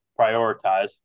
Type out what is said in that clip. prioritize